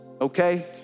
okay